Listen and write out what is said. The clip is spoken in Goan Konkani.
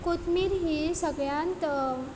कोथंबीर ही सगळ्यांत